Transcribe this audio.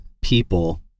people